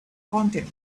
content